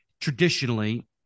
traditionally